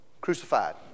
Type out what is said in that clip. Crucified